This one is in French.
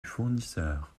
fournisseur